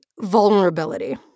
vulnerability